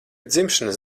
dzimšanas